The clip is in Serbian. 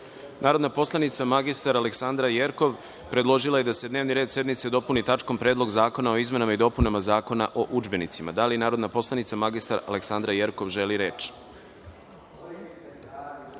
predlog. Narodna poslanica mr Aleksandra Jerkov predložila je da se dnevni red sednice dopuni tačkom Predlog zakona o izmenama i dopunama Zakona o udžbenicima. Da li narodna poslanica mr Aleksandra Jerkov želi reč?